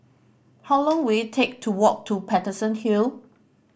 how long will it take to walk to Paterson Hill